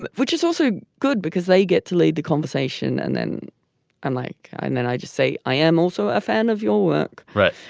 but which is also good because they get to lead the conversation and then i'm like. and then i just say i am also a fan of your work right.